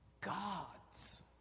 gods